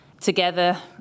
together